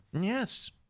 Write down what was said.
Yes